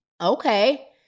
Okay